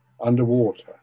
underwater